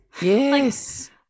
Yes